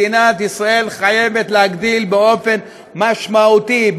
מדינת ישראל חייבת להגדיל באופן משמעותי,